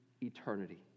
eternity